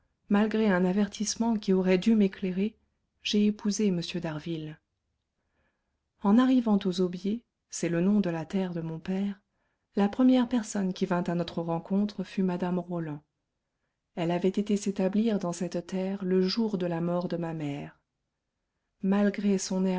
malgré un avertissement qui aurait dû m'éclairer j'ai épousé m d'harville en arrivant aux aubiers c'est le nom de la terre de mon père la première personne qui vint à notre rencontre fut mme roland elle avait été s'établir dans cette terre le jour de la mort de ma mère malgré son